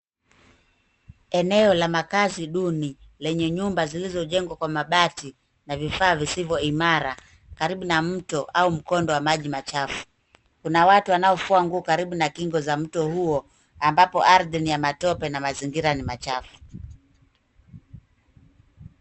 Eneo la makaazi duni lenye nyumba zilizojengwa kwa mabati na vifaa visivyo imara karibu na mto au mkondo wa maji machafu. kuna watu wanaofua nguo karibu na kingo za mto huo ambapo ardhi ni ya matope na mazingira ni machafu.